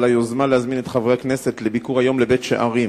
על היוזמה להזמין את חברי הכנסת לביקור היום בבית-שערים,